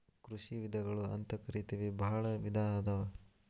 ಕೃಷಿ ವಿಧಗಳು ಅಂತಕರಿತೆವಿ ಬಾಳ ವಿಧಾ ಅದಾವ